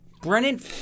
Brennan